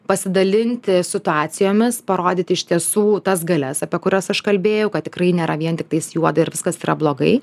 pasidalinti situacijomis parodyti iš tiesų tas galias apie kurias aš kalbėjau kad tikrai nėra vien tiktais juoda ir viskas yra blogai